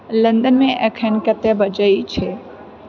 लंदनमे एखन कते बजय छैक